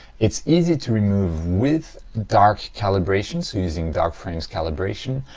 it's easy to remove with dark calibration, so using dark frames calibration,